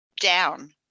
down